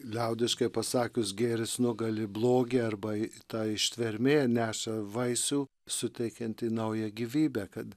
liaudiškai pasakius gėris nugali blogį arba ta ištvermė neša vaisių suteikiantį naują gyvybę kad